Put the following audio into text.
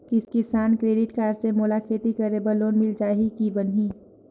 किसान credit card से मोला खेती करे बर लोन मिल जाहि की बनही??